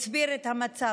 כבר הסביר את המצב,